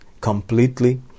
completely